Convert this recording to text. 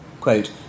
quote